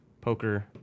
poker